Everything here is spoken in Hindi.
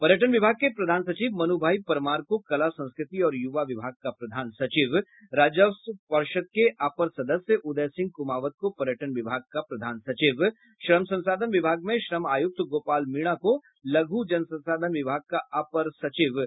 पर्यटन विभाग के प्रधान सचिव मन्भाई परमार को कला संस्कृति और युवा विभाग का प्रधान सचिव वहीं राजस्व पर्षद के अपर सदस्य उदय सिंह कुमावत को पर्यटन विभाग का प्रधान सचिव श्रम संसाधन विभाग में श्रम आयुक्त गोपाल मीणा को लघु जल संसाधान विभाग का अपर सचिव बनाया गया है